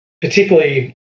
particularly